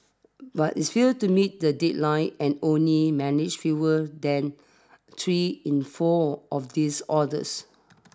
but it's failed to meet the deadline and only managed fewer than three in four of these orders